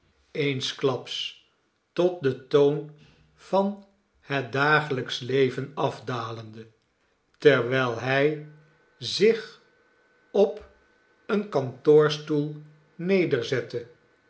eensklaps tot den toon van het dagelij ksch leven afdalende terwijl hij zich op een kantoorstoel